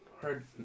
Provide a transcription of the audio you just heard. hard